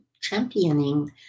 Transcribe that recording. championing